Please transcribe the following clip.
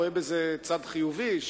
אני רואה בזה דבר חיובי,